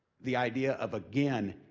the idea of again,